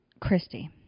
Christy